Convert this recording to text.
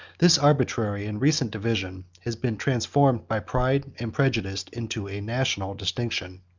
this arbitrary and recent division has been transformed by pride and prejudice into a national distinction,